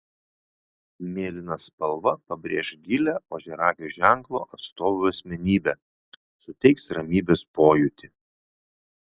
mėlyna spalva pabrėš gilią ožiaragio ženklo atstovių asmenybę suteiks ramybės pojūtį